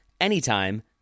anytime